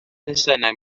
elusennau